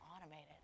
automated